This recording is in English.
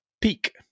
peak